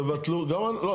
לא,